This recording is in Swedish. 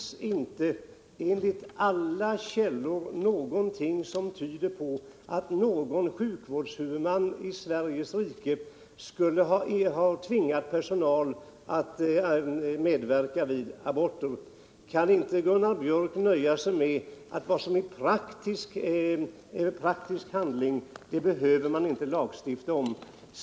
Herr talman! Enligt alla källor finns det inte någonting som tyder på att någon sjukvårdshuvudman i Sveriges rike skulle ha tvingat personal att medverka vid aborter. Kan inte Gunnar Biörck nöja sig med att vad som råder i praktiken, det behöver man inte lagstifta om?